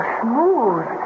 smooth